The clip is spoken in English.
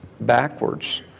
backwards